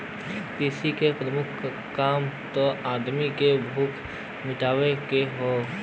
कृषि के प्रमुख काम त आदमी की भूख मिटावे क हौ